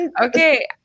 Okay